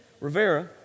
Rivera